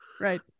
Right